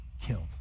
killed